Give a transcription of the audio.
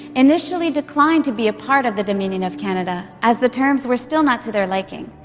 initially declined to be a part of the dominion of canada, as the terms were still not to their liking.